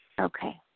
Okay